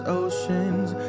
oceans